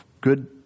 good